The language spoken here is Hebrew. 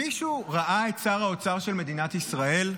מישהו ראה את שר האוצר של מדינת ישראל?